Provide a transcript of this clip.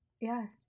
Yes